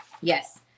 Yes